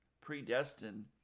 predestined